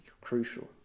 crucial